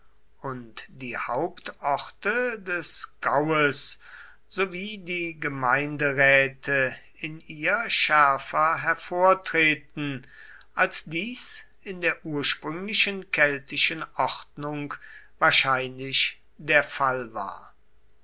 und die hauptorte des gaues sowie die gemeinderäte in ihr schärfer hervortreten als dies in der ursprünglichen keltischen ordnung wahrscheinlich der fall war